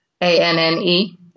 a-n-n-e